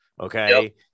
Okay